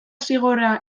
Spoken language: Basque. zigorra